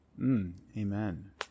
Amen